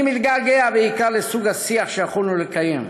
אני מתגעגע בעיקר לסוג השיח שיכולנו לקיים.